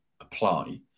apply